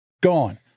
Gone